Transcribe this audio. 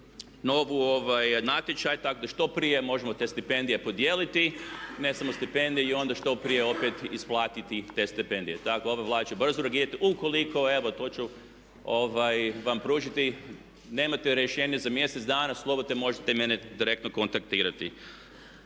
novi natječaj tako da što prije možemo te stipendije podijeliti. Ne samo stipendije i onda što prije opet isplatiti te stipendije. Tako, ova Vlada će brzo reagirati. Ukoliko evo, to ću vam pružiti. Ako nemate rješenje za mjesec dana slobodno možete mene direktno kontaktirati.